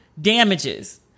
damages